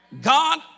God